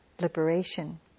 liberation